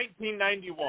1991